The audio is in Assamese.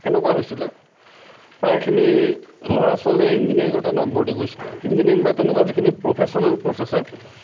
এনেকুৱা হৈছিলে প্ৰায়খিনি ল'ৰা ছোৱালীয়ে ইঞ্জিনিয়াৰিঙতে নামভৰ্তি কৰিছিলে ইঞ্জিনিয়াৰিং বা তেনেকুৱা যিখিনি প্ৰফেশ্বনেল ক'ৰ্ছ আছে